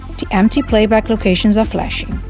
the empty playback locations are flashing